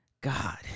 God